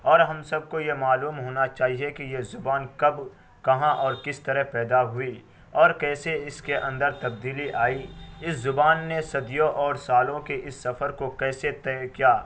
اور ہم سب کو یہ معلوم ہونا چاہیے کہ یہ زبان کب کہاں اور کس طرح پیدا ہوئی اور کیسے اس کے اندر تبدیلی آئی اس زبان نے صدیوں اور سالوں کے اس سفر کو کیسے طے کیا